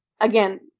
again